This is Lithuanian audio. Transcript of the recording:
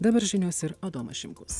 dabar žinios ir adomas šimkus